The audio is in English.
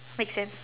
makes sense